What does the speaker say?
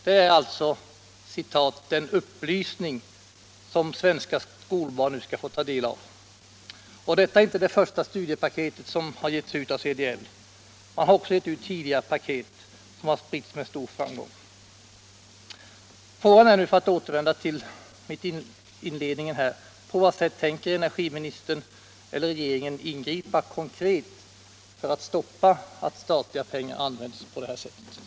Det är alltså den ”upplysning” som svenska skolbarn nu skall få ta del av. Och detta är inte det första studiepaket som CDL ger ut. Man har också tidigare givit ut ett paket som har spritts med stor framgång.